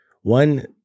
One